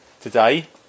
today